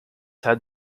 had